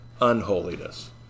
unholiness